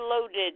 loaded